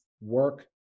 work